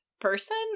person